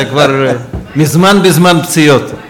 אתה כבר מזמן בזמן פציעות.